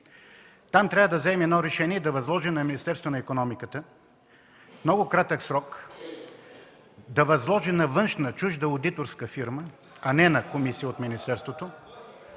Там трябва да вземем решение и да се възложи на Министерството на икономиката в много кратък срок да възложи на външна, чужда одиторска фирма, а не на комисия от министерството,